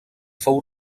fou